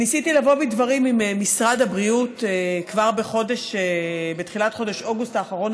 ניסיתי לבוא בדברים עם משרד הבריאות כבר בתחילת חודש אוגוסט האחרון,